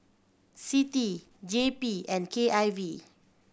CITI J P and K I V